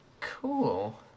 Cool